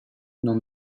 non